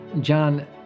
John